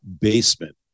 basement